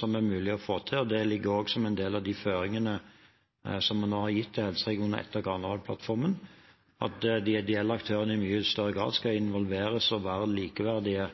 som er mulig å få til. Det ligger også som en del av de føringene vi nå har gitt til helseregionene etter Granavolden-plattformen, at de ideelle aktørene i mye større grad skal involveres og være likeverdige